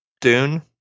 Dune